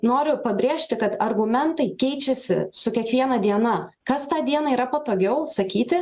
noriu pabrėžti kad argumentai keičiasi su kiekviena diena kas tą dieną yra patogiau sakyti